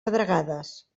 pedregades